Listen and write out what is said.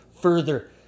further